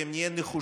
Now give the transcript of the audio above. אם נהיה נחושים,